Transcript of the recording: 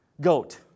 goat